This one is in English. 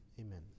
Amen